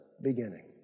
beginning